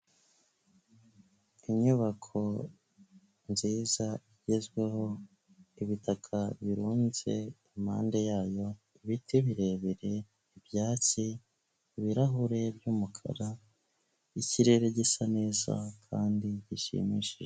Inyubako nziza igezweho, ibitaka birunze impande yayo, ibiti birebire, ibyatsi, ibirahure by'umukara, ikirere gisa neza kandi gishimishije.